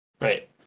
right